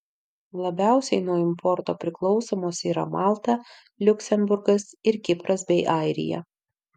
labiausiai nuo importo priklausomos yra malta liuksemburgas ir kipras bei airija